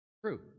True